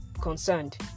concerned